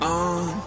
on